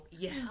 Yes